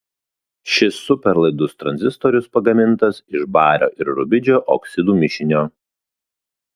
šis superlaidus tranzistorius pagamintas iš bario ir rubidžio oksidų mišinio